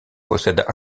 possède